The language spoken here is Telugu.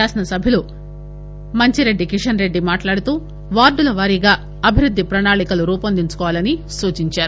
శాసనసభ్యులు మంచిరెడ్డి కిషన్ రెడ్డి మాట్లాడుతూ వార్డుల వారీగా అభివృద్ది ప్రణాళికలు రూపొందించుకోవాలని సూచించారు